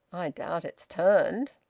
doubt it's turned!